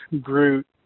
Groot